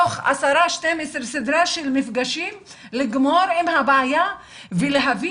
תוך סדרה של 12-10 מפגשים לגמור עם הבעיה ולהביא